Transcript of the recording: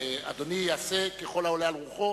אדוני יעשה ככל העולה על רוחו.